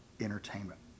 entertainment